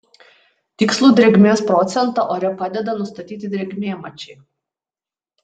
tikslų drėgmės procentą ore padeda nustatyti drėgmėmačiai